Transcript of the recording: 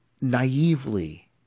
naively